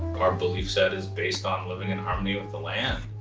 our belief set is based on living in harmony with the land.